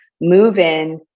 move-in